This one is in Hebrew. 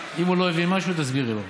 אם הוא לא הבין משהו, תסבירי לו.